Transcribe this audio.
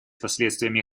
последствиями